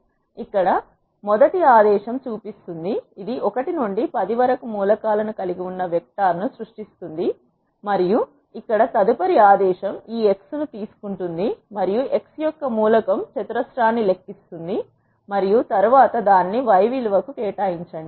ఇక్కడ మొదటి ఆదేశం చూపిస్తుంది ఇది 1 నుండి 10 వరకు మూలకాలను కలిగి ఉన్న వెక్టర్ ను సృష్టిస్తోంది మరియు ఇక్కడ తదుపరి ఆదేశం ఈ x ను తీసుకుంటుంది మరియు x యొక్క మూలకం చతురస్రాన్ని లెక్కిస్తుంది మరియు తరువాత దానిని y విలువ కు కేటాయించండి